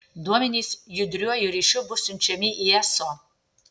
duomenys judriuoju ryšiu bus siunčiami į eso